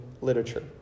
literature